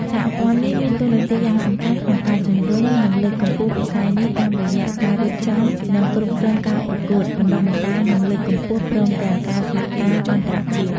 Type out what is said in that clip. សហព័ន្ធនេះមានតួនាទីយ៉ាងសំខាន់ក្នុងការជំរុញ និងលើកកម្ពស់វិស័យនេះតាមរយៈ ការរៀបចំ និងគ្រប់គ្រងការប្រកួត បណ្តុះបណ្តាល និងលើកកម្ពស់ ព្រមទាំងការសហការអន្តរជាតិ។